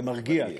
זה מרגיע, מרגיע.